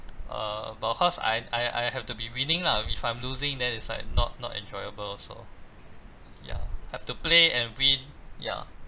uh but of course I I I have to be winning lah if I'm losing then is like not not enjoyable also ya have to play and win ya